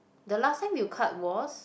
the last time you cut was